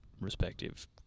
respective